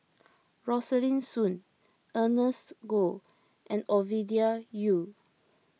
Rosaline Soon Ernest Goh and Ovidia Yu